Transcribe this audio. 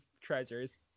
treasures